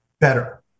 better